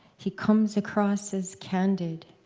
he comes across as candid.